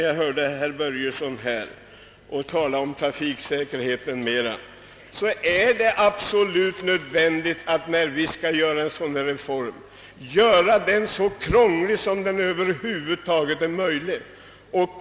När jag hörde herr Börjesson i Falköping tala om trafiksäkerheten vill jag fråga: Är det absolut nödvändigt att vi, när vi skall göra en reform, gör den så krånglig som det över huvud taget är möjligt?